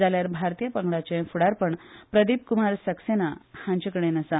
जाल्यार भारतीय पंगडाचे फुडापण प्रदिप कुमार सक्सेना हांच्याकडेन आसा